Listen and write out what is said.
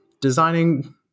designing